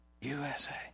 USA